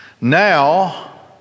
now